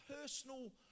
personal